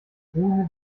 woher